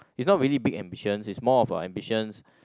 is not really big ambitions is small of a ambitions